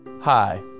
Hi